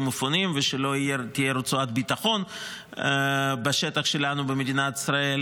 מפונים ושלא תהיה רצועת ביטחון בשטח שלנו במדינת ישראל.